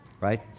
right